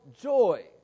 joy